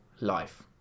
life